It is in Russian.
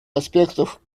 аспектов